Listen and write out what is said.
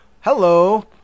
Hello